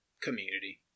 Community